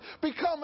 Become